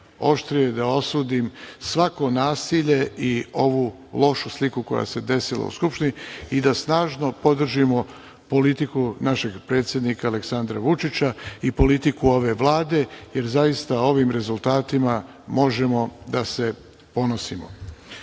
najoštrije da osudim svako nasilje i ovu lošu sliku koja se desila u Skupštini i da snažno podržimo politiku našeg predsednika Aleksandra Vučića i politiku ove Vlade jer zaista ovim rezultatima možemo da se ponosimo. Kao